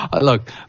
look